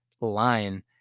line